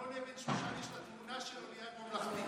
במילון אבן שושן יש את התמונה שלו ליד "ממלכתי".